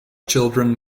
children